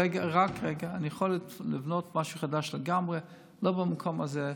אני יכול לבנות משהו חדש לגמרי, לא במקום הזה.